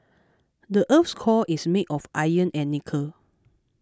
the earth's core is made of iron and nickel